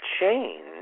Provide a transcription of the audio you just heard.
change